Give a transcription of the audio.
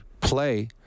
play